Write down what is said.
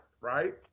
right